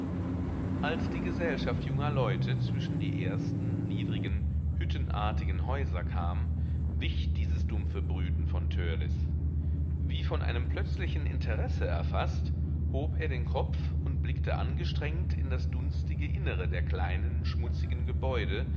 als die gesellschaft junger leute zwischen die ersten niedrigen hüttenartigen häuser kam wich dieses dumpfe brüten von törleß wie von einem plötzlichen interesse erfaßt hob er den kopf und blickte angestrengt in das dunstige innere der kleinen schmutzigen gebäude